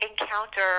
encounter